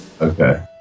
Okay